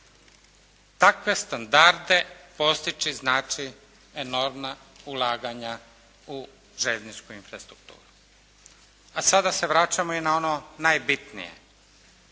Takve standarde postići znači enormna ulaganja u željezničku infrastrukturu. A sada se vraćamo i na ono najbitnije.